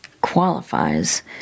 qualifies